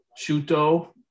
Shuto